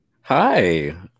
Hi